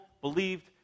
believed